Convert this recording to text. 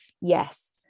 yes